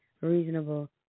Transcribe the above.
Reasonable